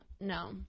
No